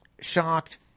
shocked